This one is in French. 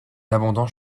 abondants